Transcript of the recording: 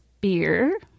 beer